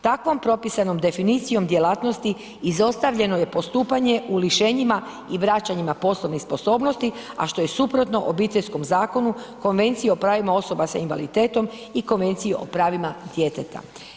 Takvom propisanom definicijom djelatnosti izostavljeno je postupanje u lišenjima i vraćanje na poslovne sposobnosti, a što je suprotno Obiteljskom zakonu, Konvenciji o pravima osoba s invaliditetom i Konvenciji o pravima djeteta.